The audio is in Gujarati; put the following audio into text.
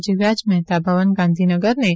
જીવરાજ મહેતા ભવન ગાંધીનગરને તા